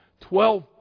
Twelve